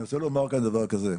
אני רוצה לומר כאן דבר כזה,